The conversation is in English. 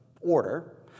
order